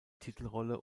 titelrolle